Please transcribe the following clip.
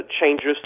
changes